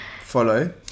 follow